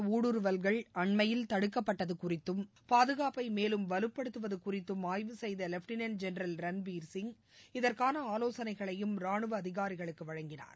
ஊடுருவல்கள் அண்மையில் தடுக்கப்பட்டதும் குறித்தும் பாதுகாப்பை மேலும் கீவிரவாத வலுப்படுத்துவது குறித்தும் ஆய்வு செய்த லெப்டினன்ட் ஜெனரல் ரன்பீர சிங் இதற்கான ஆலோசனைகளையும் ராணுவ அதிகாரிகளுக்க வழங்கினார்